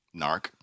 Narc